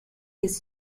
his